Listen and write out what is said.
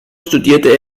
studierte